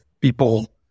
people